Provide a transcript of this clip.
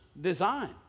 design